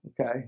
Okay